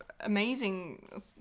amazing